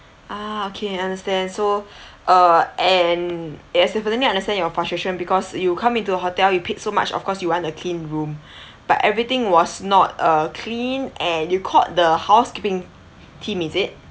ah okay I understand so uh and I definitely understand your frustration because you come into a hotel you paid so much of course you want a clean room but everything was not uh clean and you caught the housekeeping team is it